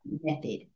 method